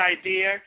idea